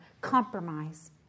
compromise